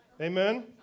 Amen